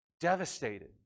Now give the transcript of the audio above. devastated